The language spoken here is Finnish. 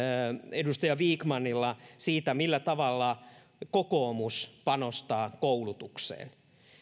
edustaja vikmanilla siitä millä tavalla kokoomus panostaa koulutukseen